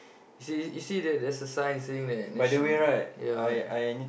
you see you see that there's a sign saying that ya why